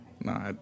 No